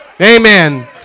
Amen